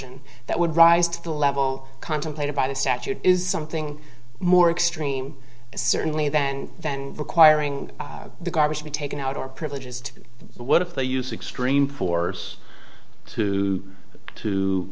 and that would rise to the level contemplated by the statute is something more extreme certainly than than requiring the garbage be taken out or privileges to the what if they use extreme force to to